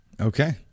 Okay